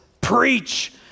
preach